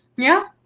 yeah,